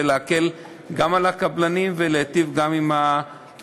וגם להקל על הקבלנים וגם להיטיב עם האזרחים.